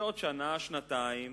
בעוד שנה-שנתיים